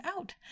out